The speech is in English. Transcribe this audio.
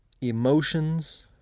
emotions